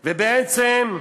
ובעצם,